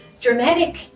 dramatic